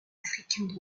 africains